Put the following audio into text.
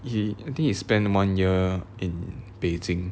he I think he spent one year in beijing